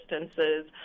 distances